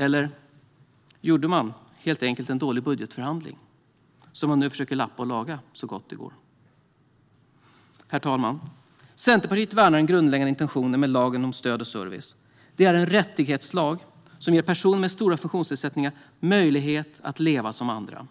Eller gjorde man helt enkelt en dålig budgetförhandling, som man nu försöker lappa och laga så gott det går? Herr talman! Centerpartiet värnar den grundläggande intentionen med lagen om stöd och service. Det är en rättighetslag som ger personer med stora funktionsnedsättningar möjlighet att leva som andra.